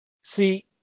See